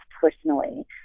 personally